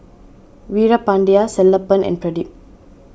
Veerapandiya Sellapan and Pradip